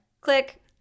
Click